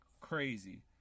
Crazy